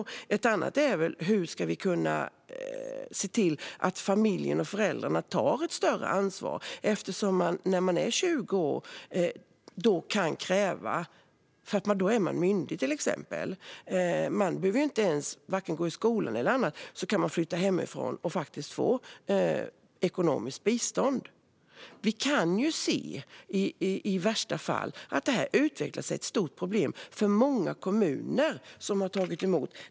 Något annat är: Hur ska vi kunna se till att familjen och föräldrarna tar ett större ansvar? När man är 20 år är man myndig. Man behöver varken gå i skola eller göra annat, men man kan flytta hemifrån och faktiskt få ekonomiskt bistånd. Vi kan i värsta fall se att detta utvecklas till ett stort problem för många kommuner som har tagit emot människor.